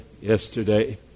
yesterday